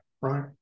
right